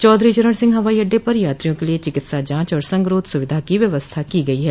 चौधरी चरण सिंह हवाई अड्डे पर यात्रियों के लिए चिकित्सा जांच और संगरोध सुविधा की व्यवस्था की गई है